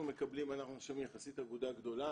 אנחנו נחשבים יחסית אגודה גדולה,